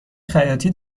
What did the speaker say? خیاطی